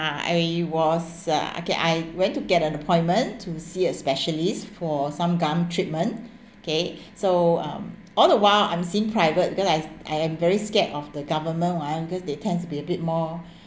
uh I was uh okay I went to get an appointment to see a specialist for some gum treatment okay so um all the while I'm seeing private because I I am very scared of the government one because they tend to be a bit more